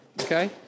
Okay